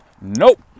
Nope